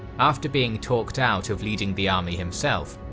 after being talked out of leading the army himself,